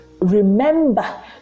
remember